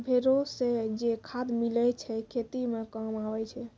भेड़ो से जे खाद मिलै छै खेती मे काम आबै छै